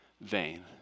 vain